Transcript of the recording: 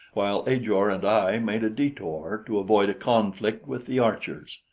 while ajor and i made a detour to avoid a conflict with the archers.